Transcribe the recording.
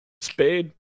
Spade